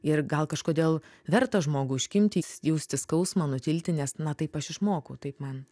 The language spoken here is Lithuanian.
ir gal kažkodėl verta žmogui užkimti jausti skausmą nutilti nes na taip aš išmokau taip man